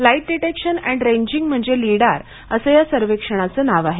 light detection and ranging म्हणजे LiDAR असं या सर्वेक्षणाचं नाव आहे